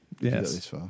Yes